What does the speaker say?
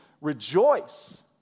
Rejoice